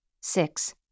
Six